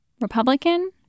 Republican